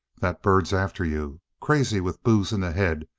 that bird's after you. crazy with booze in the head,